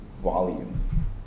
volume